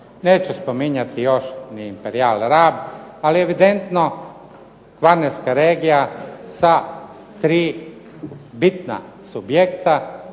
Neću spominjati još ni Imperial Rab, ali evidentno Kvarnerska regija sa tri bitna subjekta